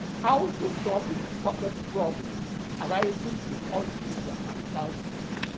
how to solve the toughest problems arising in algebra and calculus